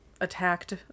attacked